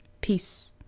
Peace